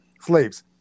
slaves